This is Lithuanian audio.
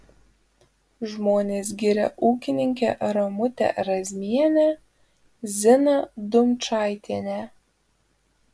žmonės giria ūkininkę ramutę razmienę ziną dumčaitienę